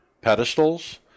pedestals